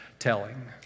telling